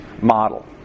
model